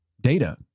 data